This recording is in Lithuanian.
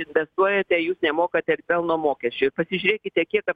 investuojate jūs nemokate ir pelno mokesčio jūs pasižiūrėkite kiek